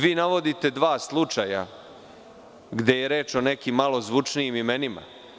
Vi navodite dva slučaja, gde je reč o nekim malo zvučnijim imenima.